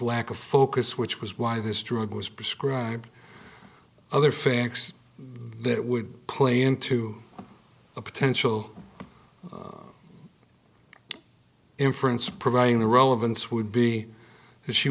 lack of focus which was why this drug was prescribed other facts that would play into a potential inference providing the relevance would be